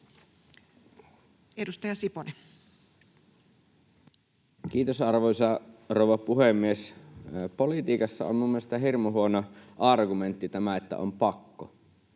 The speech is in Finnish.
17:05 Content: Kiitos, arvoisa rouva puhemies! Politiikassa on minun mielestäni hirmu huono argumentti tämä, että on pakko.